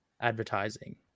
advertising